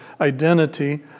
identity